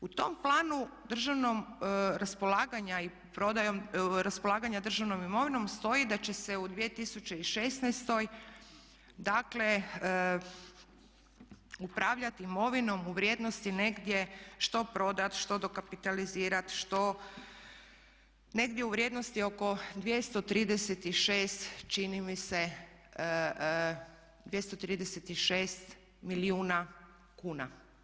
U tom planu državnom, raspolaganja i prodajom, raspolaganja državnom imovinom stoji da će se u 2016. dakle upravljati imovinom u vrijednosti negdje što prodati, što dokapitalizirati, što, negdje u vrijednosti 236 čini mi se, 236 milijuna kuna.